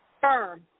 firm